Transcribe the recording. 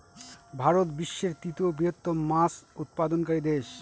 ভারত বিশ্বের তৃতীয় বৃহত্তম মাছ উৎপাদনকারী দেশ